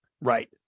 Right